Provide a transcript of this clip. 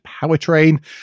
powertrain